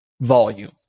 volume